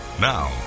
Now